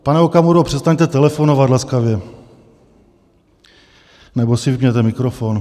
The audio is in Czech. Pane Okamuro, přestaňte telefonovat laskavě, nebo si vypněte mikrofon!